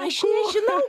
aš nežinau